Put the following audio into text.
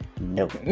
Nope